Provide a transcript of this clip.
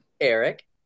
eric